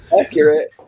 Accurate